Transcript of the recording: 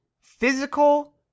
Physical